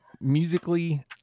musically